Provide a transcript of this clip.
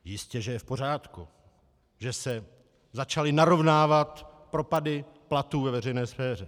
Jistěže je v pořádku, že se začaly narovnávat propady platů ve veřejné sféře.